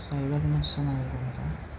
सैराट आहे फक्त